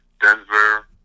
Denver